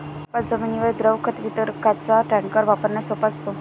सपाट जमिनीवर द्रव खत वितरकाचा टँकर वापरण्यास सोपा असतो